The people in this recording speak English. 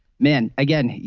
men again.